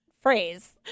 phrase